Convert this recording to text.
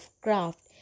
craft